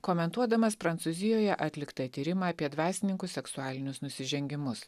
komentuodamas prancūzijoje atliktą tyrimą apie dvasininkų seksualinius nusižengimus